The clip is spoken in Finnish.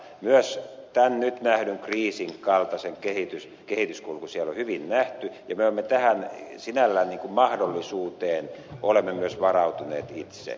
myös tämän nyt nähdyn kriisin kaltainen kehityskulku siellä on hyvin nähty ja me olemme sinällään tähän mahdollisuuteen varautuneet itse